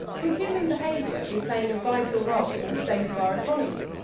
could human behaviour be playing a vital role in the state of our economy?